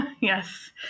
yes